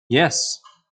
yes